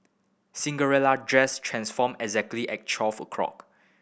Cinderella dress transformed exactly at twelve o'clock